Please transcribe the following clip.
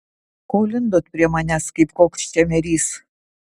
ko lindot prie manęs kaip koks čemerys